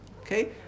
Okay